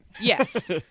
yes